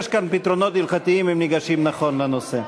יש כאן פתרונות הלכתיים אם ניגשים נכון לנושא.